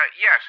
yes